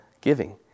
giving